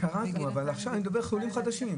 קראתם אבל עכשיו אני מדבר על חולים חדשים.